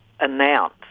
announce